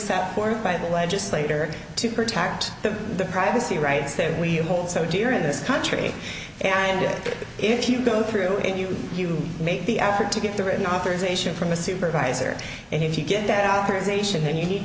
set forth by the legislator to protect the privacy rights that we hold so dear in this country and it if you go through it and you you make the effort to get the written authorization from a supervisor and if you get that out there is a sure thing you need